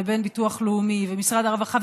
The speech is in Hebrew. הביטוח הלאומי ומשרד הרווחה,